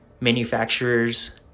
manufacturers